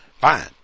fine